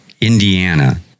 Indiana